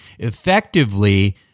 Effectively